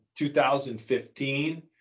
2015